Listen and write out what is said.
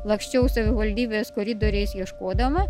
laksčiau savivaldybės koridoriais ieškodama